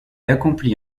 accomplit